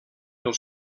pel